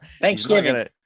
Thanksgiving